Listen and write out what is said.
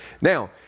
Now